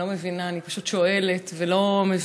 אני לא מבינה,